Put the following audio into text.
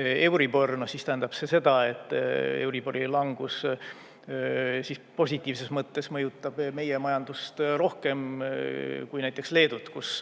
euribor, siis tähendab see seda, et euribori langus positiivses mõttes mõjutab meie majandust rohkem kui näiteks Leedut, kus